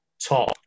top